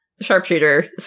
sharpshooter